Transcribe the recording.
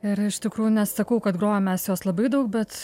ir iš tikrųjų nesakau kad grojame mes jos labai daug bet